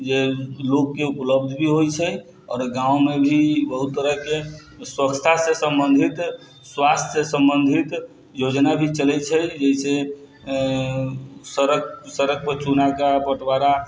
जे लोकके उपलब्ध भी होइ छै आओर गाँवमे भी ई बहुत तरहके स्वच्छतासँ सम्बन्धित स्वास्थ्यसँ सम्बन्धित योजना भी चलै छै जइसे सड़कपर चूनाके बँटवारा